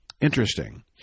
interesting